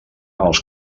els